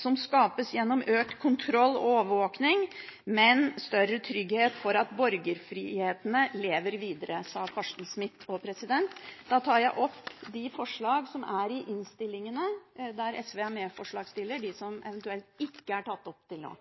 som skapes gjennom økt kontroll og overvåkning, men større trygghet for at borgerfrihetene lever videre. Jeg tar opp de forslagene i innstillingene der SV er medforslagsstiller, som eventuelt ikke er tatt opp til nå.